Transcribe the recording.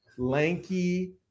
lanky